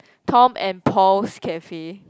Tom and Paul's Cafe